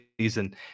season